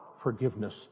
forgiveness